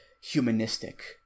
humanistic